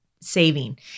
saving